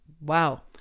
Wow